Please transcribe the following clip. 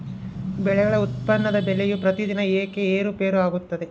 ಬೆಳೆಗಳ ಉತ್ಪನ್ನದ ಬೆಲೆಯು ಪ್ರತಿದಿನ ಏಕೆ ಏರುಪೇರು ಆಗುತ್ತದೆ?